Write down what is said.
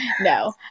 No